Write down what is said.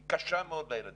היא קשה מאוד לילדים,